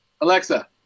Alexa